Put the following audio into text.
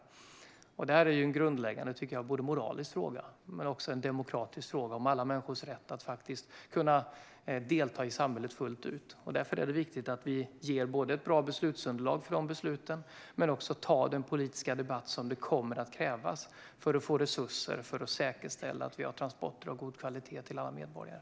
Jag tycker att detta är en grundläggande både moralisk och demokratisk fråga om alla människors rätt att kunna delta i samhället fullt ut. Därför är det viktigt att vi inte bara ger ett bra beslutsunderlag för de besluten utan också tar den politiska debatt som kommer att krävas för att få resurser så att vi kan säkerställa att vi har transporter av god kvalitet till alla medborgare.